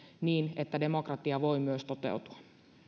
niin että demokratia voi myös toteutua